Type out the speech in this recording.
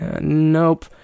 nope